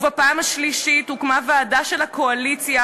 ובפעם השלישית הוקמה ועדה של הקואליציה,